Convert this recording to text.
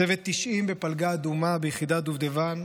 צוות 90 בפלגה אדומה ביחידת דובדבן,